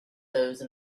those